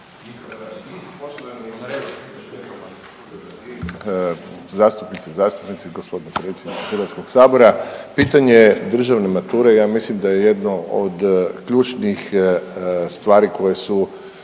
Pitanje državne mature ja mislim da je jedno od ključnih stvari koje su